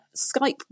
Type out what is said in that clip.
Skype